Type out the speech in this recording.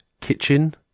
kitchen